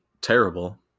terrible